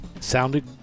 sounded